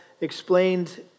explained